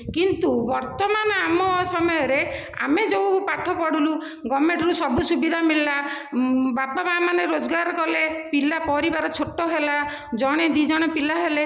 କିନ୍ତୁ ବର୍ତ୍ତମାନ ଆମ ସମୟରେ ଆମେ ଯେଉଁ ପାଠ ପଢ଼ିଲୁ ଗଭର୍ଣ୍ଣମେଣ୍ଟରୁ ସବୁ ସୁବିଧା ମିଲିଲା ବାପା ମା' ମାନେ ରୋଜଗାର କଲେ ପିଲା ପରିବାର ଛୋଟ ହେଲା ଜଣେ ଦୁଇଜଣ ପିଲା ହେଲେ